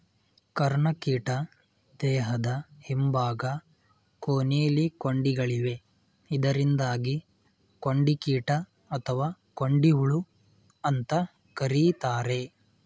ಕರ್ಣಕೀಟ ದೇಹದ ಹಿಂಭಾಗ ಕೊನೆಲಿ ಕೊಂಡಿಗಳಿವೆ ಇದರಿಂದಾಗಿ ಕೊಂಡಿಕೀಟ ಅಥವಾ ಕೊಂಡಿಹುಳು ಅಂತ ಕರೀತಾರೆ